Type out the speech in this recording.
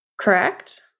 Correct